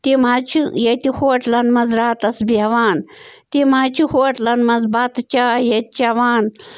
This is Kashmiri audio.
تِم حظ چھِ ییٚتہِ ہوٹلَن منٛز راتَس بیٚہوان تِم حظ چھِ ہوٹلَن منٛز بَتہٕ چاے ییٚتہِ چیٚوان